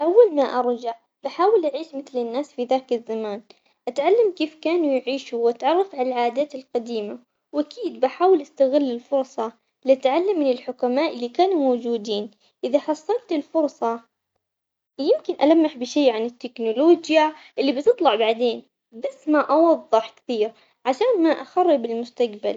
أول ما أرجع بحاول أعيش مثل الناس في ذاك الزمان، أتعلم كيف كانوا يعيشوا وأتعرف على العادات القديمة وأكيد بحاول أستغل الفرصة لتعلم من الحكماء اللي كانوا موجودين، إذا حصلت الفرصة يمكن ألمح بشي عن التكنولوجيا اللي بتطلع بعدين، بس ما أوضح كثير عشان ما أخرب المستقبل.